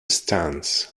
stands